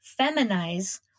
feminize